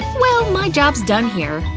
well my job's done here